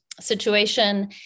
situation